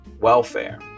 welfare